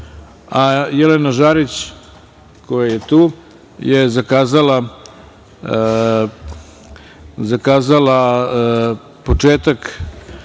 sali. Jelena Žarić koja je tu, je zakazala početak